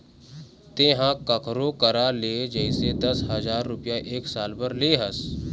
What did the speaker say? तेंहा कखरो करा ले जइसे दस हजार रुपइया एक साल बर ले हस